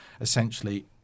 Essentially